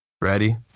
Ready